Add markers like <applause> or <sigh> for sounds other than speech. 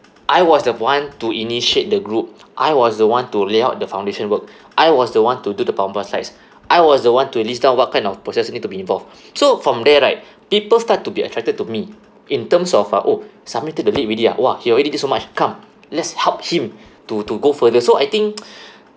I was the one to initiate the group I was the one to lay out the foundation work I was the one to do the powerpoint slides I was the one to list down what kind of process need to be involved so from there right people start to be attracted to me in terms of uh oh samir took the lead already ah !wah! he already did so much come let's help him to to go further so I think <noise> <breath>